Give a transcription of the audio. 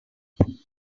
luke